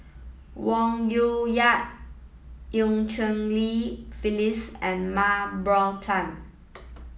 Wong Yoon Wah Eu Cheng Li Phyllis and Mah Bow Tan